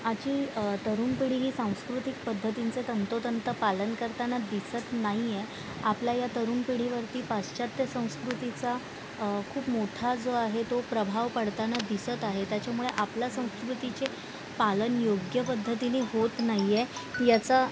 आजची तरुण पिढी ही सांस्कृतिक पद्धतींचं तंतोतंत पालन करताना दिसत नाही आहे आपल्या या तरुण पिढीवरती पाश्चात्य संस्कृतीचा खूप मोठा जो आहे तो प्रभाव पडताना दिसत आहे त्याच्यामुळे आपल्या संस्कृतीचे पालन योग्य पद्धतीने होत नाही आहे याचा